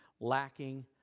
lacking